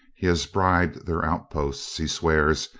he has bribed their outposts, he swears,